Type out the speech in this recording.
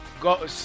Go